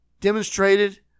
demonstrated